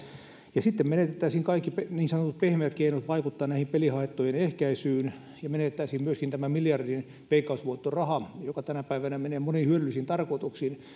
ja sitten menetettäisiin kaikki niin sanotut pehmeät keinot vaikuttaa pelihaittojen ehkäisyyn ja menetettäisiin myöskin tämä miljardin veikkausvoittoraha joka tänä päivänä menee moniin hyödyllisiin tarkoituksiin